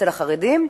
אצל החרדים,